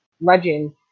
legend